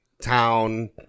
Town